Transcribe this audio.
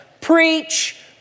Preach